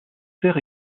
sert